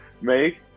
make